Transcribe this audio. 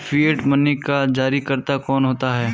Fiat money का जारीकर्ता कौन होता है?